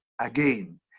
again